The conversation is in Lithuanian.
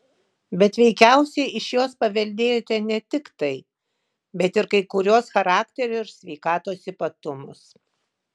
bet veikiausiai iš jos paveldėjote ne tik tai bet ir kai kuriuos charakterio ir sveikatos ypatumus